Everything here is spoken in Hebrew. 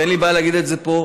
ואין לי בעיה להגיד את זה פה,